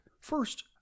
First